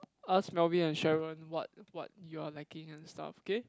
ask Melvin and Sharon what what you are lacking and stuff okay